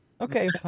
Okay